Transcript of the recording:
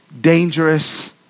dangerous